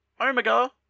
Omega